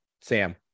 Sam